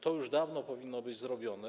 To już dawno powinno być zrobione.